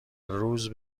روز